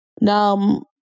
Now